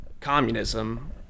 communism